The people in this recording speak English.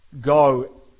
go